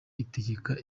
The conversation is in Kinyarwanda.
itegeka